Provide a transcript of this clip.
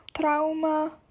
Trauma